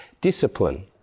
discipline